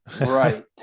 right